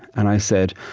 and i said,